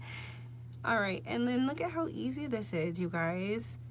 all right, and then look at how easy this is you guys,